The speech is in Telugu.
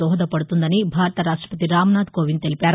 దోహదపడుతుందని భారత రాష్టపతి రామ్ నాథ్ కోవింద్ తెలిపారు